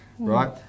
Right